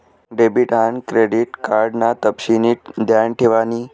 debit आन credit card ना तपशिनी ध्यान ठेवानी